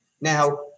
Now